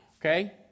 okay